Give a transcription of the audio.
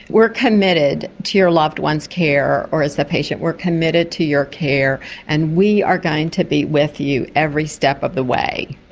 we are committed to your loved one's care, or as the patient we are committed to your care and we are going to be with you every step of the way.